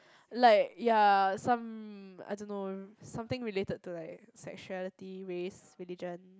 like ya some I don't know something related to like sexuality race religion